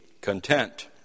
content